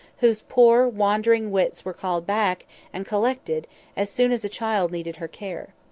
whose poor wandering wits were called back and collected as soon as a child needed her care.